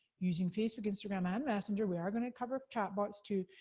using facebook, instagram and messenger. we are gonna cover chatbots, too.